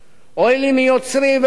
כאן זה שילוב נהדר,